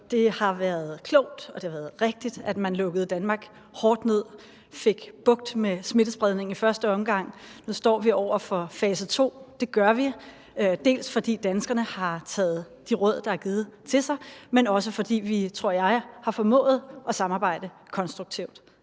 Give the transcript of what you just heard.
det har været rigtigt, at man lukkede Danmark hårdt ned og fik brugt med smittespredningen i første omgang. Nu står vi over for fase to. Det gør vi, dels fordi danskerne har taget de råd, der er givet, til sig, dels fordi vi, tror jeg, har formået at samarbejde konstruktivt.